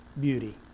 beauty